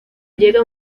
llega